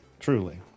Truly